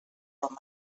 roma